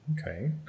Okay